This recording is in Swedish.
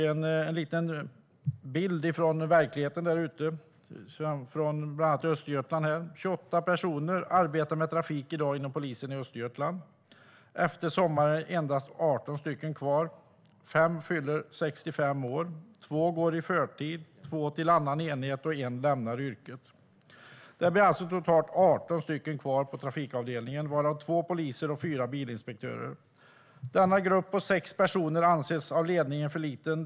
En liten bild från verkligheten där ute, bland annat från Östergötland, visar att 28 personer i dag arbetar med trafik inom polisen i Östergötland. Efter sommaren är endast 18 stycken kvar. Fem av dem fyller 65 år, två går i förtid, två går till annan enhet och en lämnar yrket. Det blir alltså totalt 18 stycken kvar på trafikavdelningen, varav två poliser och fyra bilinspektörer. Denna grupp på sex personer anses av ledningen vara för liten.